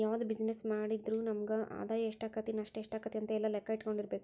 ಯಾವ್ದ ಬಿಜಿನೆಸ್ಸ್ ಮಾಡಿದ್ರು ನಮಗ ಆದಾಯಾ ಎಷ್ಟಾಕ್ಕತಿ ನಷ್ಟ ಯೆಷ್ಟಾಕ್ಕತಿ ಅಂತ್ ಲೆಕ್ಕಾ ಇಟ್ಕೊಂಡಿರ್ಬೆಕು